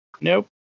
Nope